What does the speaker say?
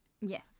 Yes